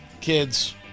kids